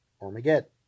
Armageddon